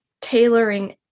tailoring